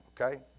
okay